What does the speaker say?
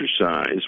exercise